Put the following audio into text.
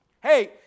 Hey